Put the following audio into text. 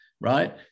Right